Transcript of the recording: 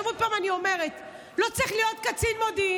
עוד פעם אני אומרת: לא צריך להיות קצין מודיעין.